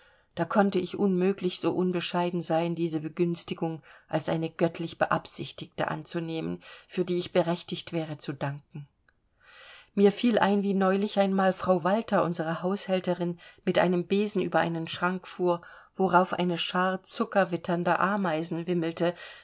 da konnte ich unmöglich so unbescheiden sein diese begünstigung als eine göttlich beabsichtigte anzunehmen für die ich berechtigt wäre zu danken mir fiel ein wie neulich einmal frau walter unsere haushälterin mit einem besen über einen schrank fuhr worauf eine schar zuckerwitternder ameisen wimmelte